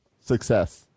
success